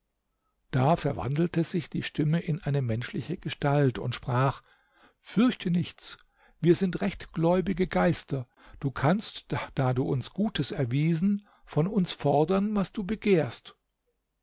da verwandelte sich die stimme in eine menschliche gestalt und sprach fürchte nichts wir sind rechtgläubige geister du kannst da du uns gutes erwiesen von uns fordern was du begehrst